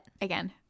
again